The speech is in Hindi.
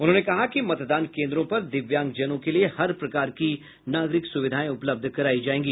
उन्होंने कहा कि मतदान केन्द्रों पर दिव्यांगजनों के लिए हर प्रकार की नागरिक सुविधाएं उपलब्ध करायी जायेगी